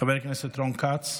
חבר הכנסת רון כץ.